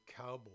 Cowboy